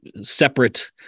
separate